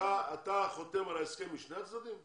אתה חותם על ההסכם משני הצדדים?